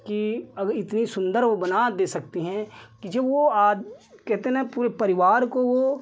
कि अगर इतनी सुन्दर वह बना दे सकती हैं कि जब वह कहते हैं ना पूरे परिवार को वह